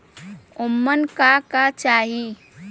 उमन का का चाही?